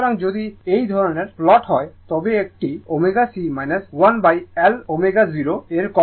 সুতরাং যদি এই ধরনের প্লট হয় তবে এটি একটি ω C 1L ω 0 এর কম হবে